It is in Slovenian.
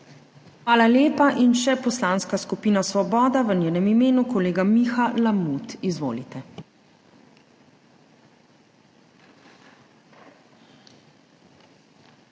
Hvala lepa. In še Poslanska skupina Svoboda, v njenem imenu kolega Miha Lamut. Izvolite.